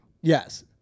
Yes